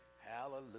Hallelujah